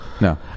No